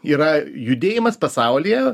yra judėjimas pasaulyje